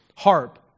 harp